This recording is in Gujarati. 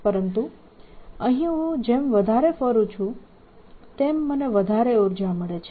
પરંતુ અહીં હું જેમ વધારે ફરું છું તેમ મને વધારે ઉર્જા મળે છે